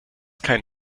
kein